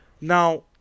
Now